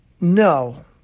No